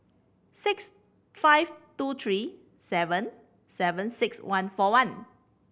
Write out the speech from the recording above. six five two three seven seven six one four one